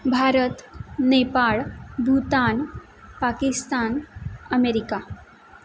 Bharat Nepal Bhutan Pakistan America